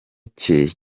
cye